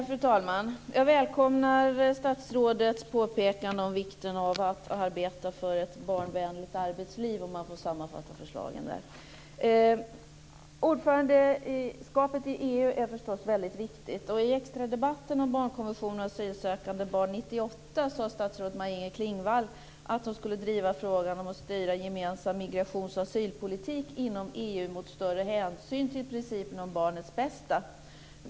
Fru talman! Jag välkomnar statsrådets påpekande om vikten av att arbeta för ett barnvänligt arbetsliv, om man får sammanfatta förslagen så. Ordförandeskapet i EU är förstås väldigt viktigt. I extradebatten om barnkonventionen och asylsökande barn 1998 sade statsrådet Maj-Inger Klingvall att hon skulle driva frågan om att styra gemensam migrations och asylpolitik inom EU mot större hänsyn till principen om barnets bästa.